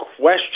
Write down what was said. question